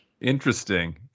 Interesting